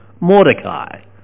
Mordecai